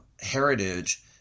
heritage